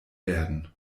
werden